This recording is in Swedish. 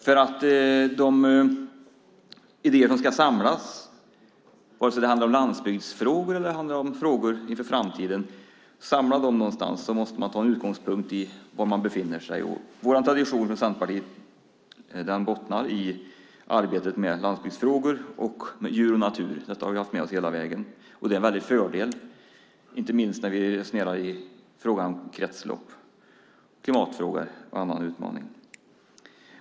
För att idéer ska samlas, vare sig det handlar om landsbygdsfrågor eller om frågor inför framtiden, måste man ta en utgångspunkt där man befinner sig. Vår tradition i Centerpartiet bottnar i arbetet med landsbygdsfrågor och djur och natur. Det har vi haft med oss hela vägen. Det är en fördel, inte minst när vi resonerar om kretslopp, klimatfrågor och andra utmaningar.